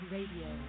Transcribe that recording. Radio